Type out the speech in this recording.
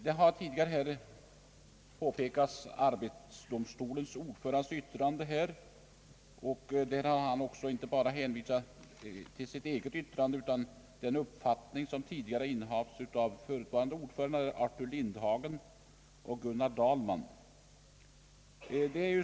Här har tidigare erinrats om yttrandet av arbetsdomstolens ordförande, och i detta har han inte bara hänvisat till sitt eget yttrande utan även till den uppfattning som de förutvarande ordförandena Arthur Lindhagen och Gunnar Dahlman haft.